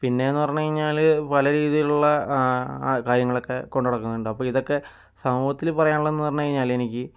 പിന്നെയെന്ന് പറഞ്ഞു കഴിഞ്ഞാൽ പല രീതിയിലുള്ള ആ കാര്യങ്ങളൊക്കെ കൊണ്ടു നടക്കുന്നുണ്ട് അപ്പോൾ ഇതൊക്കെ സമൂഹത്തിൽ പറയാനുള്ളത് എന്നു പറഞ്ഞു കഴിഞ്ഞാൽ എനിക്ക്